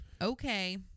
Okay